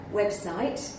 website